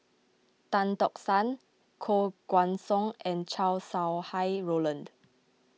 Tan Tock San Koh Guan Song and Chow Sau Hai Roland